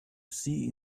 see